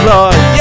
Lord